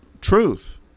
truth